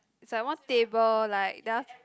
it's like one table like there are